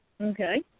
Okay